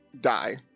die